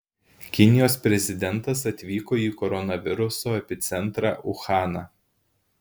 kinijos prezidentas atvyko į koronaviruso epicentrą uhaną